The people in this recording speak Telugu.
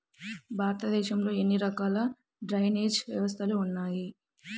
భారతదేశంలో ఎన్ని రకాల డ్రైనేజ్ వ్యవస్థలు ఉన్నాయి?